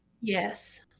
Yes